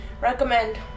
Recommend